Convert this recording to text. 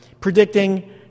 predicting